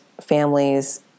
families